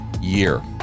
year